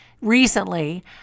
recently